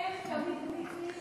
איך תמיד מיקי,